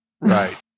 Right